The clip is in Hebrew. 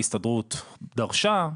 ההסתדרות דרשה,